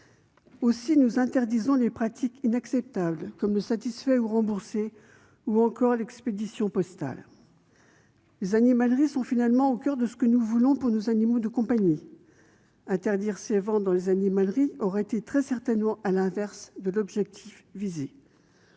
Aussi, nous interdisons les pratiques inacceptables, comme le « satisfait ou remboursé » ou encore l'expédition postale. Les animaleries sont finalement au coeur de ce que nous voulons pour nos animaux de compagnie. Interdire les ventes dans les animaleries aurait conduit à un résultat très certainement inverse de celui qui est visé.